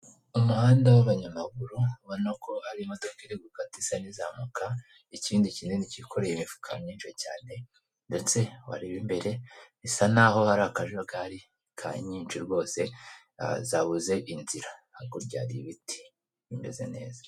umuhanda w'abanyamaguru ubona ko hari imodoka iri gukata isa nizamuka, ikindi kinini kikorera imifuka myinshi cyane ndetse wareba imbere bisa naho hari akajagari ka nyinshi rwose zabuze inzira hakurya ibiti bimeze neza.